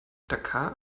dakar